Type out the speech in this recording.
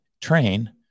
train